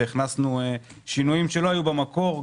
והכנסנו שינויים שלא היו במקור,